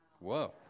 Whoa